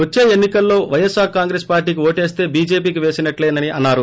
వచ్చే ఎన్ని కల్లో వైస్సార్ కాంగ్రెస్ పార్టీకి ఓటీస్త చీజేపీకి వేసినట్లేనని అన్నారు